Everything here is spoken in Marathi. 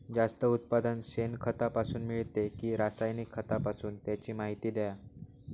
जास्त उत्पादन शेणखतापासून मिळते कि रासायनिक खतापासून? त्याची माहिती द्या